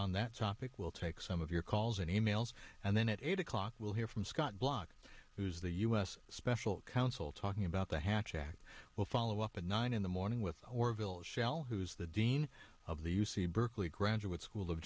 on that topic we'll take some of your calls and e mails and then at eight o'clock we'll hear from scott bloch who's the u s special counsel talking about the hatch act we'll follow up at nine in the morning with orville shell who's the dean of the u c berkeley graduate school of